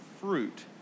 fruit